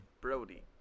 Brody